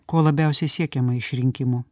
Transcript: ko labiausiai siekiama iš rinkimų